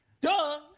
Duh